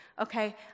okay